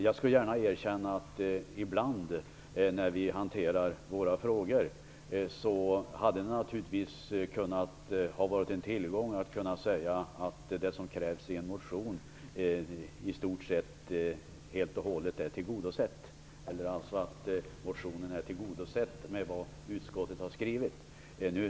Jag skall gärna erkänna att det ibland när vi hanterar frågor naturligtvis hade varit en tillgång att kunna säga att det som krävs i en motion i stort sett helt och hållet är tillgodosett, alltså att kraven är tillgodosedda med vad utskottet har skrivit.